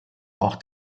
auch